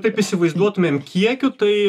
taip įsivaizduotumėm kiekiu tai